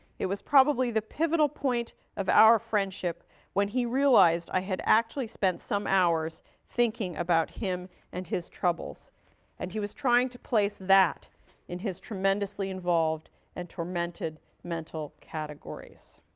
it was probably the pivotal point of our friendship when he realized i had actually spent some hours thinking about him and his troubles and he was trying to place that in his tremendously involved and tormented mental categories.